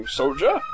soldier